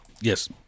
Yes